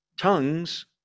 tongues